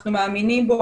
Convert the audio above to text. אנחנו מאמינים בו,